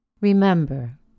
Remember